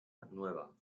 nueva